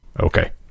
Okay